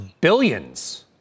billions